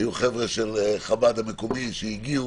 היו חבר'ה של חב"ד המקומי שהגיעו,